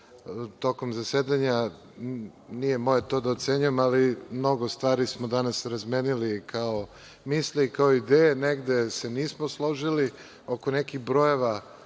tokom zasedanja. Nije moje to da ocenjujem, ali mnogo stvari smo danas razmenili kao misli i kao ideje. Negde se nismo složili, oko nekih brojeva